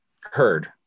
heard